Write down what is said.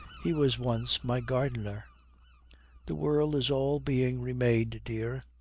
he was once my gardener the world is all being re-made, dear.